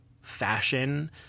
fashion